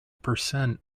percent